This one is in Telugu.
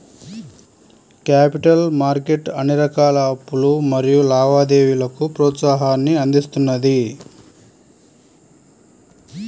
క్యాపిటల్ మార్కెట్ అన్ని రకాల అప్పులు మరియు లావాదేవీలకు ప్రోత్సాహాన్ని అందిస్తున్నది